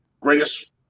greatest